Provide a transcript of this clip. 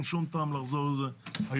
אין שום טעם לחזור לזה היום.